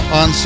on